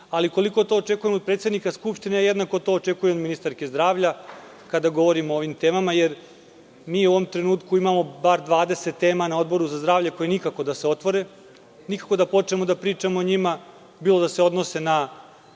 ali koliko to očekujemo i od predsednika Skupštine, jednako to očekujem i od ministarke zdravlja kada govorimo o ovim temama jer mi u ovom trenutku imamo bar dvadeset tema na Odboru za zdravlje koje nikako da se otvore, nikako da počnemo da pričamo o njima, bilo da se odnose na